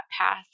path